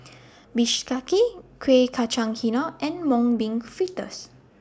Bistake Kuih Kacang and Mung Bean Fritters